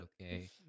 okay